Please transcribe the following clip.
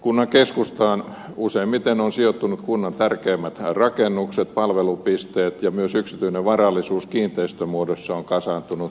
kunnan keskustaan useimmiten ovat sijoittuneet kunnan tärkeimmät rakennukset palvelupisteet ja myös yksityinen varallisuus kiinteistömuodossa on kasaantunut niihin